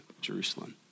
Jerusalem